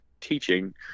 teaching